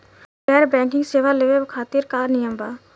गैर बैंकिंग सेवा लेवे खातिर का नियम बा?